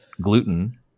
gluten